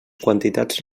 quantitats